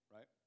Right